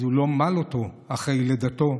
אז הוא לא מל אותו אחרי לידתו,